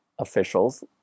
officials